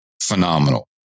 phenomenal